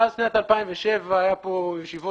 מאז שנת 2007 היו פה ישיבות,